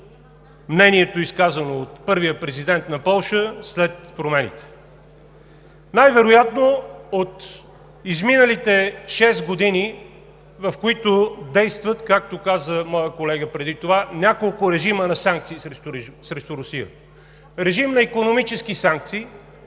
мнението, изказано от първия президент на Полша, след промените? Най-вероятно от изминалите шест години, в които действат, както каза моят колега преди това, няколко режима на санкции срещу Русия – режим на икономически санкции,